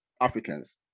Africans